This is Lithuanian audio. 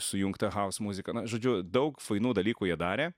sujungta house muzika na žodžiu daug fainų dalykų jie darė